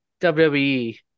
WWE